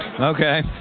okay